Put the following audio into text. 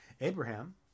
Abraham